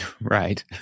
Right